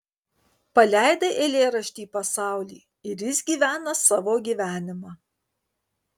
paleidai eilėraštį į pasaulį ir jis gyvena savo gyvenimą